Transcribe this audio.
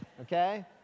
okay